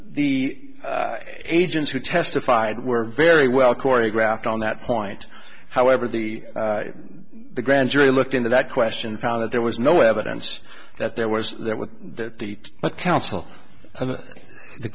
the agents who testified were very well choreographed on that point however the grand jury looked into that question found that there was no evidence that there was there with the counsel of the